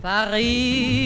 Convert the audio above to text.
Paris